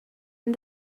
and